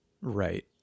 right